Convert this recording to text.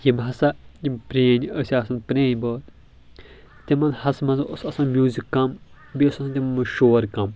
یِم ہسا یِم پرٲنۍ ٲسۍ آسان یِم پرٲنۍ بٲتھ تِمن ہس منٛز اوس آسان میوٗزک کم بیٚیہِ اوس آسان تِمن منٛز شور کم